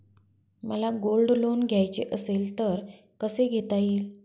मला gold loan घ्यायचे असेल तर कसे घेता येईल?